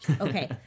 Okay